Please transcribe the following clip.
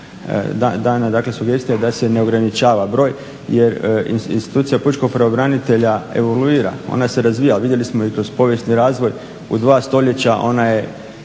dana sugestija da se ne ograničava broj jer institucija pučkog pravobranitelja evoluira ona se razvija. A vidjeli smo i kroz povijesni razvoj u dva stoljeća ona je,